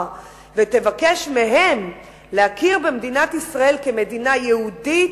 ותבקש מהם להכיר במדינת ישראל כמדינה יהודית,